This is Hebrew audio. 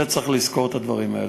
צריך לזכור את הדברים האלה.